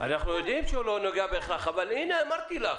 אנחנו יודעים שהוא לא נוגע בהכרח אבל הנה אמרתי לך